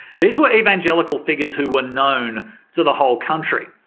these were evangelical figures who were known to the whole country.